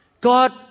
God